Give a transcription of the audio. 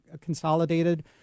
consolidated